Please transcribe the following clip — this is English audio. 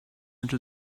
into